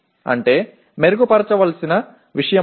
అంటే మెరుగుపరచవలసిన విషయం ఉంది